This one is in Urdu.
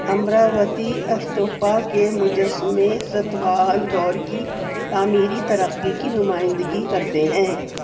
امراوتی استوپا کے مجسمے ستواہن دور کی تعمیری ترقی کی نمائندگی کرتے ہیں